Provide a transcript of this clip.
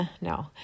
No